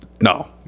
No